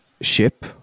ship